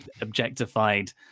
objectified